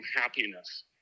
happiness